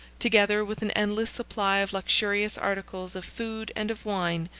together with an endless supply of luxurious articles of food and of wine,